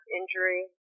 injury